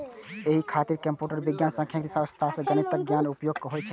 एहि खातिर कंप्यूटर विज्ञान, सांख्यिकी, अर्थशास्त्र आ गणितक ज्ञानक उपयोग होइ छै